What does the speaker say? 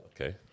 Okay